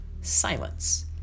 Silence